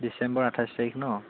ডিচেম্বৰ আঠাইছ তাৰিখ ন